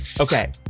Okay